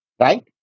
right